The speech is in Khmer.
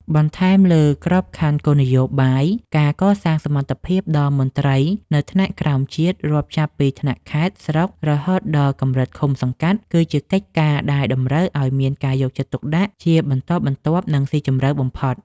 បន្ថែមលើក្របខ័ណ្ឌគោលនយោបាយ ការកសាងសមត្ថភាពដល់មន្ត្រីនៅថ្នាក់ក្រោមជាតិ រាប់ចាប់ពីថ្នាក់ខេត្ត ស្រុក រហូតដល់កម្រិតឃុំ-សង្កាត់ គឺជាកិច្ចការដែលតម្រូវឱ្យមានការយកចិត្តទុកដាក់ជាបន្តបន្ទាប់ និងស៊ីជម្រៅបំផុត។